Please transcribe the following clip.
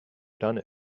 done